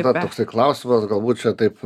kyla toks klausimas galbūt čia taip